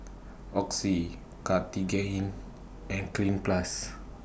Oxy Cartigain and Cleanz Plus